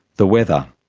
the weather,